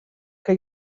que